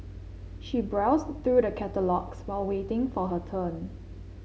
she browsed through the catalogues while waiting for her turn